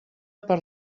per